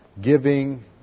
giving